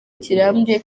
kirambye